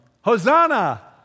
Hosanna